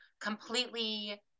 completely